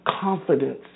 confidence